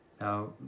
Now